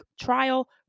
trial